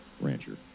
rancher